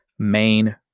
main